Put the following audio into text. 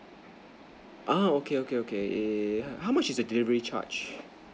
uh okay okay okay how much is the delivery charge